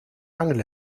angel